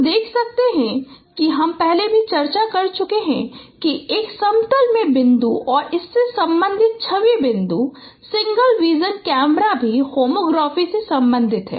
तो हम देख सकते हैं कि हम पहले भी चर्चा कर चुके हैं कि एक समतल में बिंदु और इसके संबंधित छवि बिंदु सिंगल विज़न कैमरा भी होमोग्राफी से संबंधित हैं